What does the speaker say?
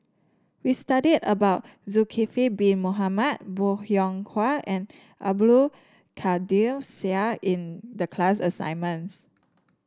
we studied about Zulkifli Bin Mohamed Bong Hiong Hwa and Abdul Kadir Syed in the class assignments